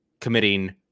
committing